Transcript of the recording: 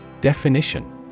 Definition